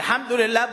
אל-חמדולאללה,